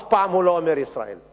אף פעם הוא לא אומר: ישראל,